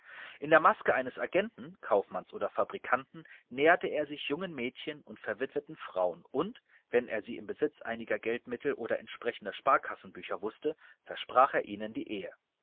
in der maske eines agenten kaufmanns oder fabrikanten näherte er sich jungen mädchen und verwitweten frauen und wenn er sie im besitz einiger geldmittel oder entsprechender sparkassenbücher wußte versprach er ihnen die ehe